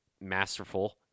masterful